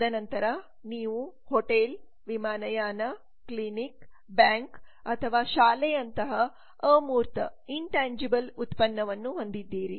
ತದನಂತರ ನೀವು ಹೋಟೆಲ್ ವಿಮಾನಯಾನ ಕ್ಲಿನಿಕ್ ಬ್ಯಾಂಕ್ ಅಥವಾ ಶಾಲೆಯಂತಹ ಅಮೂರ್ತ ಉತ್ಪನ್ನವನ್ನು ಹೊಂದಿದ್ದೀರಿ